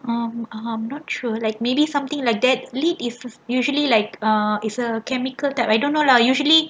um um not true like maybe something like that lead is usually like err is a chemical type I don't know lah usually